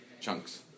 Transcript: chunks